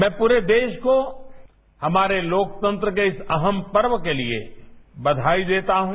मैं पूरे देश को हमारे लोकतंत्र देश को अहम पर्व के लिए बधाई देता हूं